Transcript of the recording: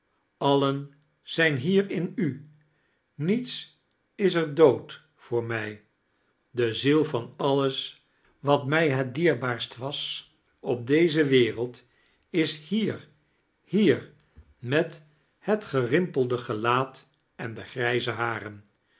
alien zijn hier in u niets is er dood voor mij de ziel van alles wat mij het dierbaarst was op deze wereld is hier hier met het georimpelde gelaat en de grijze haren